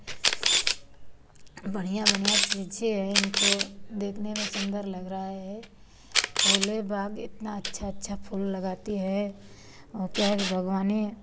बढ़िया बढ़िया चीज़ें हैं इनको देखने में सुंदर लग रहा है फूले बाग इतना अच्छा अच्छा फूल लगाती है वह क्या है कि बाग़बानी